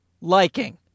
liking